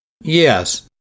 Yes